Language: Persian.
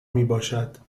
میباشد